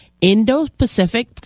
Indo-Pacific